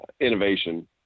innovation